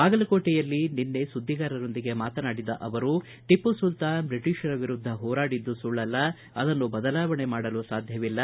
ಬಾಗಲಕೋಟೆಯಲ್ಲಿ ನಿನ್ನೆ ಸುದ್ದಿಗಾರರೊಂದಿಗೆ ಮಾತನಾಡಿದ ಅವರು ಟಿಪ್ಪು ಸುಲ್ತಾನ್ ಬ್ರಿಟೀಷರ ವಿರುದ್ಧ ಹೋರಾಡಿದ್ದು ಸುಳ್ಳಲ್ಲಿ ಅದನ್ನು ಬದಲಾವಣೆ ಮಾಡಲು ಸಾಧ್ಯವಿಲ್ಲ